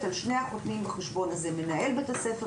על שני החותמים בחשבון הזה: על מנהל בית הספר,